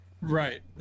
Right